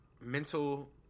mental